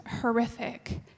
horrific